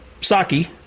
Saki